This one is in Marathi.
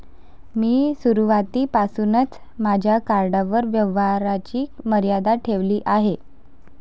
मी सुरुवातीपासूनच माझ्या कार्डवर व्यवहाराची मर्यादा ठेवली आहे